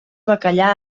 bacallà